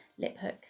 Liphook